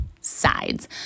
sides